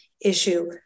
issue